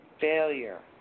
Failure